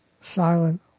silent